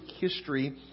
history